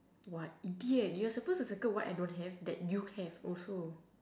what idiot you're suppose to circle what I don't have that you have also